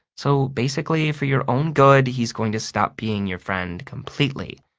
so basically, for your own good, he's going to stop being your friend completely.